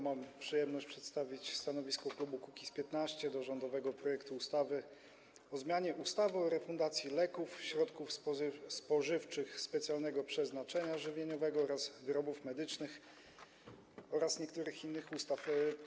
Mam przyjemność przedstawić stanowisko klubu Kukiz’15 dotyczące rządowego projektu ustawy o zmianie ustawy o refundacji leków, środków spożywczych specjalnego przeznaczenia żywieniowego oraz wyrobów medycznych oraz niektórych innych ustaw.